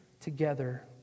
Together